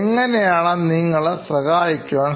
എങ്ങനെ നിങ്ങളെ സഹായിക്കും